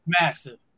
Massive